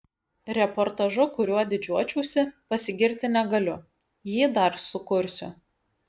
reportažu kuriuo didžiuočiausi pasigirti negaliu jį dar sukursiu